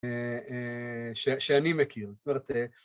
אה... אה... ש... שאני מכיר, זאת אומרת אה...